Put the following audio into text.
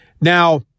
Now